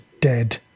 dead